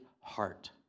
heart